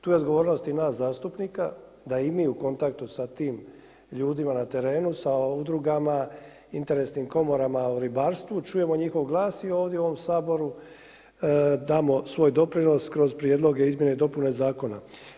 Tu je odgovornost i nas zastupnika, da i mi u kontaktu sa tim ljudima na terenu, sa udrugama, interesnim komorama u ribarstvu, čujemo njihov glas i ovdje u ovom Saboru damo svoj doprinos kroz prijedloge, izmjene i dopune zakona.